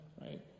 right